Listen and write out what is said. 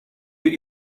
you